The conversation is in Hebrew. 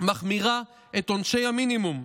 מחמירה את עונשי המקסימום.